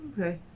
Okay